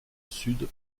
sud